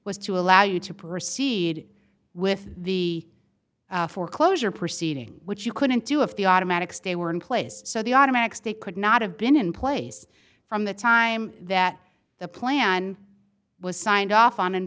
was to allow you to proceed with the foreclosure proceeding which you couldn't do if the automatic stay were in place so the automatic state could not have been in place from the time that the plan was signed off on and